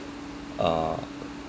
uh